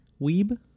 Weeb